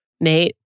Nate